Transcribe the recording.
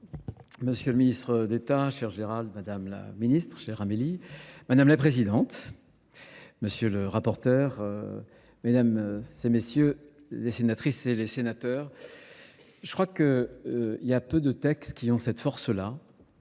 Monsieur le Ministre d'État, chère Gérald, Madame la Ministre, chère Amélie, Madame la Présidente, Monsieur le Rapporteur, Mesdames et Messieurs les Sénatrices et les Sénateurs, je crois qu'il y a peu de textes qui ont cette force-là